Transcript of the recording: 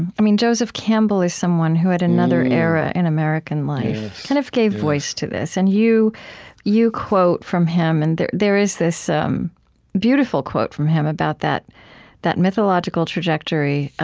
and joseph campbell is someone who, at another era in american life, kind of gave voice to this. and you you quote from him, and there there is this um beautiful quote from him, about that that mythological trajectory.